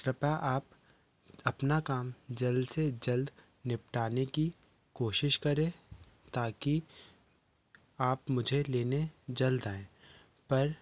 कृपया आप अपना काम जल्द से जल्द निपटने कि कोशिश करें ताकि आप मुझे लेने जल्द आए पर